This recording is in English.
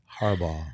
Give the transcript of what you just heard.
Harbaugh